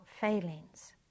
failings